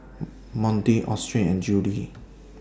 Monty Austen and Juli